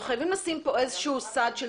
אנחנו חייבים לשים פה איזה שהוא סד של